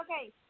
Okay